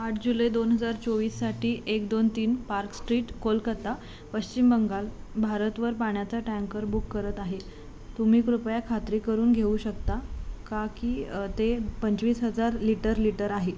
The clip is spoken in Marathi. आठ जुलै दोन हजार चोवीससाठी एक दोन तीन पार्क स्ट्रीट कोलकत्ता पश्चिम बंगाल भारत वर पाण्याचा टँकर बुक करत आहे तुम्ही कृपया खात्री करून घेऊ शकता का की ते पंचवीस हजार लिटर लिटर आहे